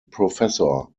professor